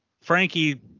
Frankie